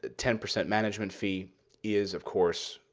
ah ten percent management fee is, of course,